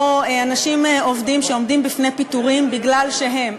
אנשים עובדים שעומדים בפני פיטורים מפני שהם,